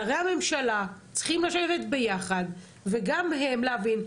שרי הממשלה צריכים לשבת ביחד וגם הם להבין,